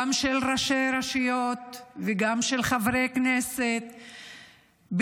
גם של ראשי הרשויות וגם של חברי כנסת בתוך